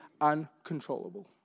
uncontrollable